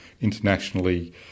internationally